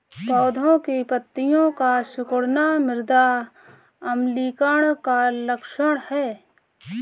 पौधों की पत्तियों का सिकुड़ना मृदा अम्लीकरण का लक्षण है